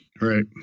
Right